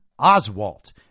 Oswalt